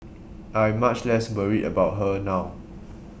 I'm much less worried about her now